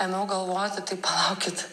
ėmiau galvoti tai palaukit